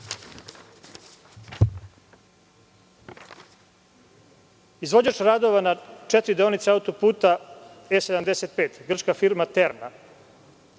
Izvođač radova na četiri deonice autoputa E75 je grčka firma „Terna“.